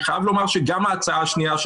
גם ההצעה השנייה,